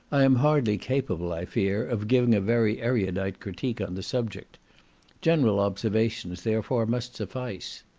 i am hardly capable, i fear, of giving a very erudite critique on the subject general observations therefore must suffice.